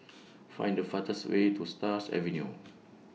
Find The fastest Way to Stars Avenue